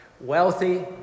Wealthy